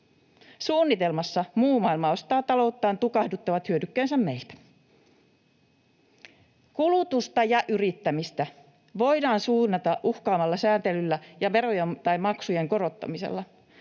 Suunnitelmassa muu maailmaa ostaa talouttaan tukahduttavat hyödykkeensä meiltä. Kulutusta ja yrittämistä voidaan suunnata uhkaamalla sääntelyllä ja verojen tai maksujen korottamisella.